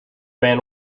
man